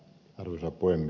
arvoisa puhemies